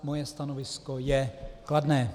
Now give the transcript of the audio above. Moje stanovisko je kladné.